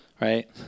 right